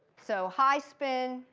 so high spin,